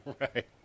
Right